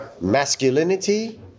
Masculinity